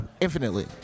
Infinitely